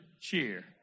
cheer